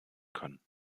können